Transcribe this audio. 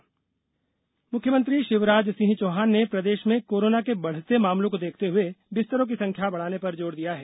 corona बैठक मुख्यमंत्री शिवराज सिंह चौहान ने प्रदेश में कोरोना के बढ़ते मामलों को देखते हुए बिस्तरों की संख्या बढ़ाने पर जोर दिया है